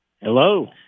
Hello